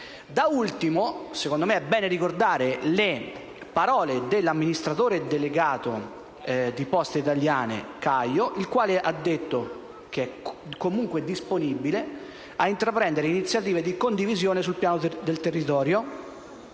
Da ultimo, secondo me è bene ricordare le parole dell'amministratore delegato di Poste italiane, Caio, il quale ha detto che è comunque disponibile ad intraprendere iniziative di condivisione sul territorio,